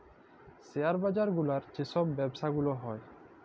share বাজার গুলার যে ছব ব্যবছা গুলা হ্যয়